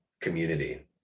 community